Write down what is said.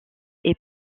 est